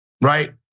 right